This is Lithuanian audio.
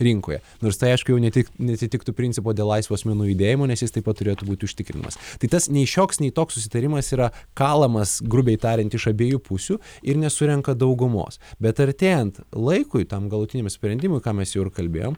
rinkoje nors tai aišku jau ne tik neatitiktų principo dėl laisvo asmenų judėjimo nes jis taip pat turėtų būti užtikrinamas tai tas nei šioks nei toks susitarimas yra kalamas grubiai tariant iš abiejų pusių ir nesurenka daugumos bet artėjant laikui tam galutiniam sprendimui ką mes jau ir kalbėjom